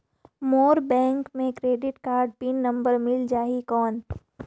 मोर bank मे credit card pin number मिल जाहि कौन?